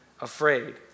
afraid